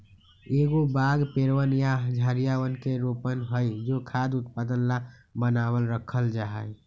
एगो बाग पेड़वन या झाड़ियवन के रोपण हई जो खाद्य उत्पादन ला बनावल रखल जाहई